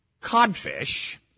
codfish